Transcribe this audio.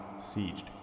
sieged